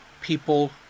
people